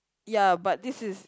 ya but this is